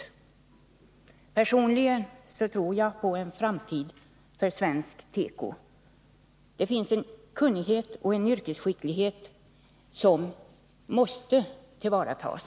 Personligen tror jag på en framtid för svensk teko. Där finns en kunnighet och en yrkesskicklighet som måste tillvaratas.